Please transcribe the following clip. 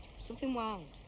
something wild,